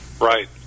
right